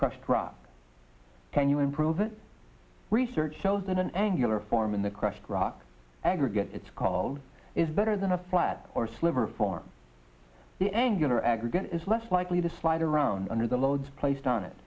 raw can you improve it research shows that an angular form in the crushed rock aggregate it's called is better than a flat or sliver form the angular aggregate is less likely to slide around under the loads placed on it